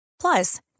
Plus